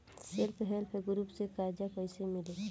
Self help group से कर्जा कईसे मिली?